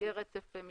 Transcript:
יהיה רצף.